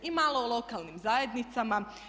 I malo o lokalnim zajednicama.